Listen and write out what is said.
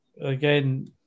again